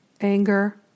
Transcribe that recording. anger